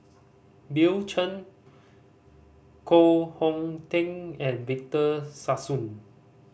Bill Chen Koh Hong Teng and Victor Sassoon